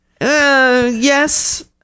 Yes